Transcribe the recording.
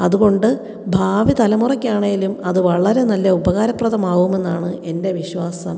അതുകൊണ്ട് ഭാവി തലമുറക്കാണെങ്കിലും അത് വളരെ നല്ല ഉപകാരപ്രദം ആകുമെന്നാണ് എൻ്റെ വിശ്വാസം